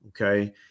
okay